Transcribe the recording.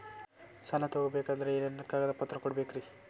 ಸಾಲ ತೊಗೋಬೇಕಂದ್ರ ಏನೇನ್ ಕಾಗದಪತ್ರ ಕೊಡಬೇಕ್ರಿ?